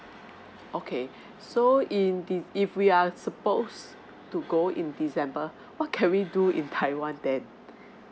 okay so in de~ if we are supposed to go in december what can we do in taiwan then